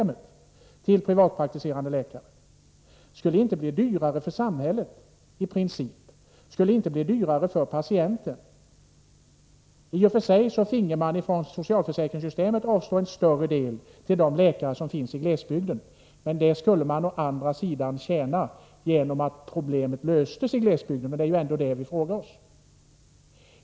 Det skulle, i princip, inte bli dyrare vare sig för samhället eller för patienten. I och för sig finge man avstå en större del från socialförsäkringssystemet till läkarna i glesbygden. Men å andra sidan skulle man därmed lösa problemen i glesbygden. Det är ju ändå det som frågan gäller.